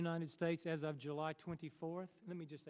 united states as of july twenty fourth let me just